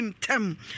tim